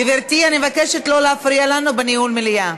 גברתי, אני מבקשת לא להפריע לנו בניהול המליאה.